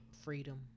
freedom